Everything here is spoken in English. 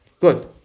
Good